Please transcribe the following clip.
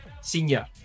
senior